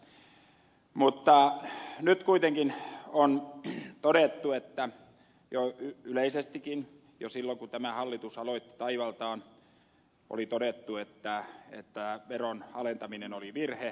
mutta nyt kuitenkin on todettu ja yleisestikin jo silloin kun tämä hallitus aloitti taivaltaan että veron alentaminen oli virhe